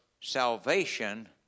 salvation